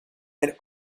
and